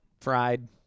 fried